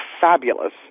fabulous